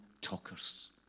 talkers